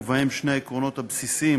ובהם שני העקרונות הבסיסיים